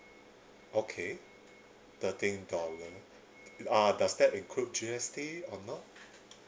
okay thirteen dollar uh does that include G_S_T or not